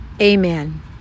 Amen